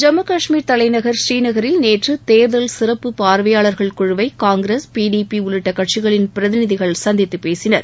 ஜம்மு கஷ்மீர் தலைநகர் ஸ்ரீநகரில் நேற்று தேர்தல் சிறப்பு பார்வையாளர்கள் குழுவை காங்கிரஸ் பிடிபி உள்ளிட்ட கட்சிகளின் பிரதிநிதிகள் சந்தித்து பேசினர்